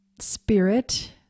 spirit